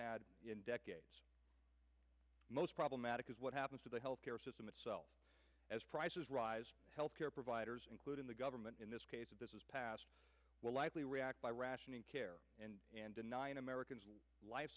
had in decades most problematic is what happens to the health care system itself as prices rise health care providers including the government in this case that this is passed will likely react by rationing care and denying americans a life